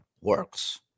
works